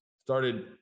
started